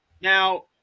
Now